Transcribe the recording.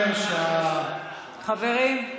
חברים.